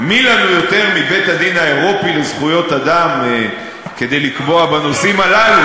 מי לנו יותר מבית-הדין האירופי לזכויות אדם כדי לקבוע בנושאים הללו?